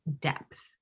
depth